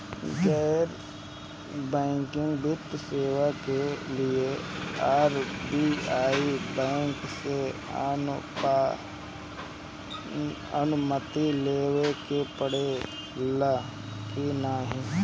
गैर बैंकिंग वित्तीय सेवाएं के लिए आर.बी.आई बैंक से अनुमती लेवे के पड़े ला की नाहीं?